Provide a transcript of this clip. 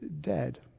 dead